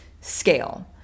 scale